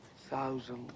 thousand